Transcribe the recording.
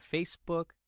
Facebook